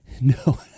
No